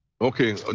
Okay